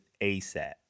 ASAP